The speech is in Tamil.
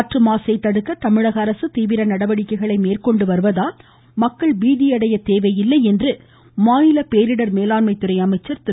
காற்று மாசை தடுக்க தமிழகஅரசு தீவிர நடவடிக்கைகளை மேற்கொண்டு வருவதால் மக்கள் பீதியடைய தேவையில்லை என்று மாநில பேரிடர் மேலாண்மை துறை அமைச்சர் திரு